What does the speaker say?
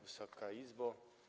Wysoka Izbo!